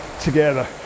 together